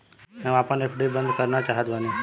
हम आपन एफ.डी बंद करना चाहत बानी